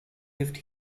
lived